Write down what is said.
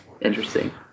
Interesting